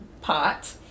pot